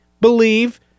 believe